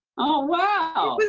oh, wow.